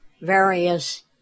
various